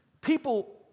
people